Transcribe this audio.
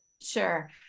Sure